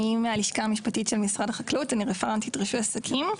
ואני מהלשכה המשפטית של משרד החקלאות ואני רפרנטית רישוי עסקים.